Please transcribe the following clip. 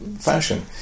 fashion